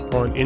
on